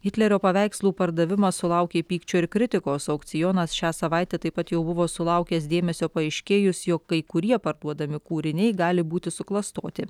hitlerio paveikslų pardavimas sulaukė pykčio ir kritikos aukcionas šią savaitę taip pat jau buvo sulaukęs dėmesio paaiškėjus jog kai kurie parduodami kūriniai gali būti suklastoti